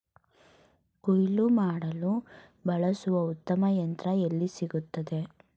ಕುಯ್ಲು ಮಾಡಲು ಬಳಸಲು ಉತ್ತಮ ಯಂತ್ರ ಎಲ್ಲಿ ಸಿಗುತ್ತದೆ?